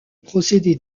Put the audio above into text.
procédé